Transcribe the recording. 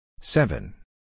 Seven